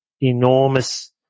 enormous –